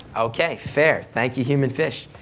okay, fair, thank you, human fish,